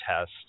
test